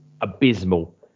abysmal